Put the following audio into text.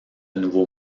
nouveau